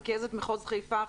רכזת מחוז חיפה,